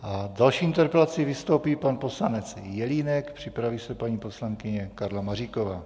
A s další interpelací vystoupí pan poslanec Jelínek, připraví se paní poslankyně Karla Maříková.